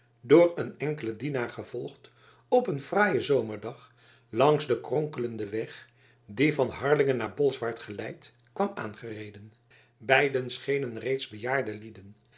door een enkelen dienaar gevolgd op een fraaien zomerdag langs den kronkelenden weg die van harlingen naar bolsward geleidt kwam aangereden beiden schenen reeds bejaarde lieden